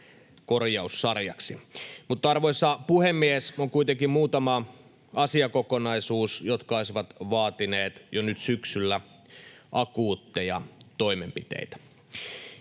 korjaussarjaksi. Mutta, arvoisa puhemies, on kuitenkin muutama asiakokonaisuus, jotka olisivat vaatineet jo nyt syksyllä akuutteja toimenpiteitä,